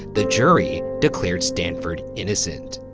the jury declared stanford innocent.